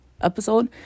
episode